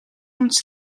ons